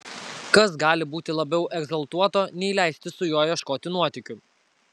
kas gali būti labiau egzaltuoto nei leistis su juo ieškoti nuotykių